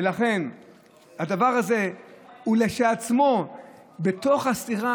ולכן הדבר הזה הוא כשלעצמו בתוך הסתירה,